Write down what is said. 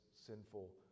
sinful